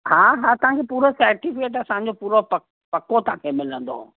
हा हा तव्हांखे पूरो सेटिफ़िकेट असांजो पूरो प पक्को तव्हांखे मिलंदो